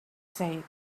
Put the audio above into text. said